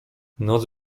noc